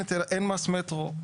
אין מס מטרו,